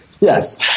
Yes